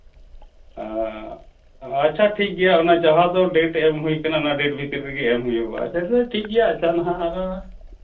ᱟᱪᱪᱷᱟ ᱴᱷᱤᱠ ᱜᱮᱭᱟ ᱚᱱᱟ ᱡᱟᱦᱟᱸ ᱫᱚ ᱰᱮᱹᱴ ᱮᱢ ᱦᱩᱭ ᱠᱟᱱᱟ ᱚᱱᱟ ᱰᱮᱹᱴ ᱵᱷᱤᱛᱨᱤ ᱨᱮᱜᱮ ᱮᱢ ᱦᱩᱭᱩᱜᱚᱜᱼᱟ ᱟᱪᱪᱷᱟ ᱫᱟᱫᱟ ᱴᱷᱤᱠ ᱜᱮᱭᱟ ᱟᱪᱪᱷᱟ ᱱᱟᱦᱟᱜ ᱟᱨᱚ